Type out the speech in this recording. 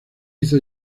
hizo